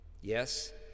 Yes